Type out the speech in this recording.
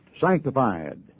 sanctified